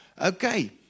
Okay